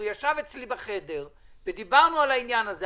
הוא ישב אצלי בחדר ודיברנו על העניין הזה.